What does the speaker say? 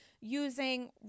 Using